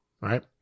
Right